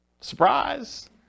Surprise